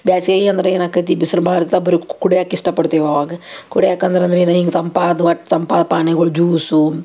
ಬೇಸಿಗೆ ಅಂದ್ರೆ ಏನು ಆಕೈತಿ ಬಿಸಲು ಭಾಳ ಇರ್ತಾವ ಬರಿ ಕುಡಿಯಕ್ಕೆ ಇಷ್ಟಪಡ್ತೀವಿ ಅವಾಗ ಕುಡಿಯಕ್ಕೆ ಅಂದ್ರೆ ಏನು ಹಿಂಗೆ ತಂಪಾದ ಒಟ್ಟು ತಂಪಾದ ಪಾನಿಯಗಳು ಜ್ಯೂಸು